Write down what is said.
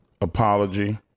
apology